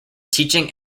teaching